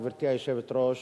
גברתי היושבת-ראש,